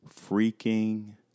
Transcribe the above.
freaking